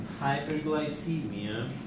hyperglycemia